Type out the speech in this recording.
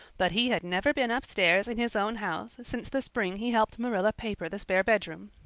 but he had never been upstairs in his own house since the spring he helped marilla paper the spare bedroom,